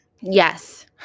Yes